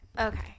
okay